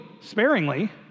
sparingly